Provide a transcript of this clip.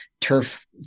turf